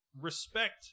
respect